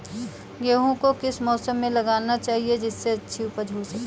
गेहूँ को किस मौसम में लगाना चाहिए जिससे अच्छी उपज हो सके?